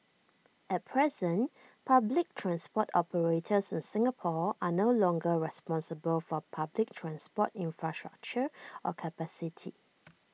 at present public transport operators in Singapore are no longer responsible for public transport infrastructure or capacity